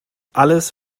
alles